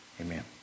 amen